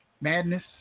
madness